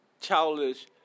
childish